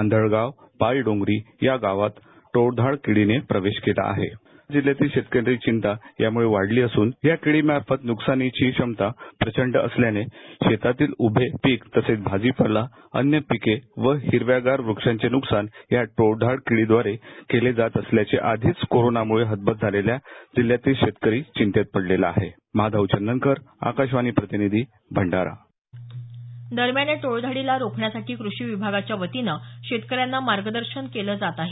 आंधळगाव पाय डोंगरी या गावात टोळधाड किडीने प्रवेश केला आहे जिल्ह्यातील शेतकरी चिंता यामुळे वाढली असून याकिडीमार्फत न्कसानीची क्षमता तीव्रता प्रचंड असल्याने शेतातील उभे पीक तसेच भाजीपाला अन्य पिके व हिख्यागार वृक्षांची नुकसान टोळधाड किडीद्वारे केले जात असल्याचे आधीच कोरोनामुळे हतबल झालेल्या जिल्ह्यातील शेतकरी चिंतेत पडलेला आहे माधव चंदनकर आकाशवाणी प्रतिनिधी भंडारा दरम्यान या टोळधाडीला रोखण्यसाठी क्रषी विभागाच्यावतीनं शेतकऱ्यांना मार्गदर्शन केलं जात आहे